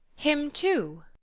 him, too?